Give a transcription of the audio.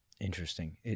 Interesting